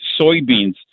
soybeans